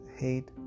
hate